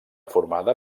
formada